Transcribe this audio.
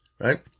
right